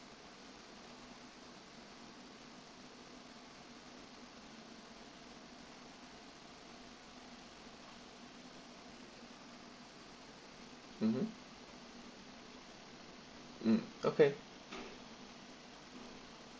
mmhmm mm okay